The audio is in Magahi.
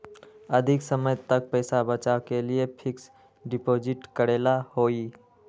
अधिक समय तक पईसा बचाव के लिए फिक्स डिपॉजिट करेला होयई?